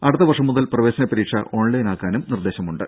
അടുത്ത വർഷം മുതൽ പ്രവേശന പരീക്ഷ ഓൺലൈനാക്കാനും നിർദേശമുണ്ട്